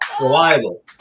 reliable